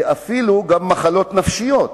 ואפילו גם מחלות נפשיות,